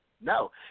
No